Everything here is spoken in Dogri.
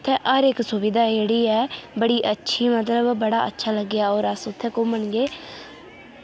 उ'त्थें हर इक सुविधा जेह्ड़ी ऐ बड़ी अच्छी मतलब बड़ा अच्छा लग्गेआ होर अस उ'त्थें घूमन गे